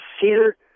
cedar